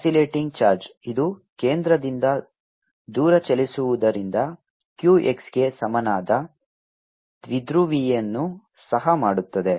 oscillating charge ಇದು ಕೇಂದ್ರದಿಂದ ದೂರ ಚಲಿಸುವುದರಿಂದ q x ಗೆ ಸಮನಾದ ದ್ವಿಧ್ರುವಿಯನ್ನು ಸಹ ಮಾಡುತ್ತದೆ